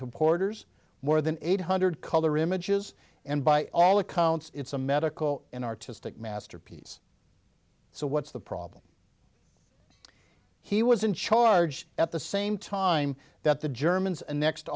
supporters more than eight hundred color images and by all accounts it's a medical and artistic masterpiece so what's the problem he was in charge at the same time that the germans and next to